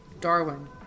Darwin